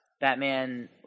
Batman